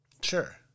sure